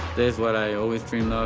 what i always dreamed